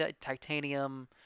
Titanium